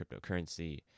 cryptocurrency